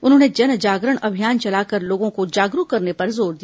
उन्होंने जन जागरण अभियान चलाकर लोगों को जागरूक करने पर जोर दिया